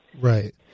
Right